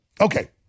Okay